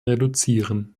reduzieren